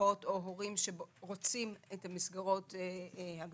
משפחות או הורים שרוצים את המסגרות הגדולות.